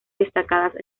destacadas